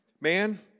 man